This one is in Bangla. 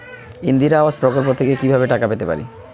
ইন্দিরা আবাস প্রকল্প থেকে কি ভাবে টাকা পেতে পারি?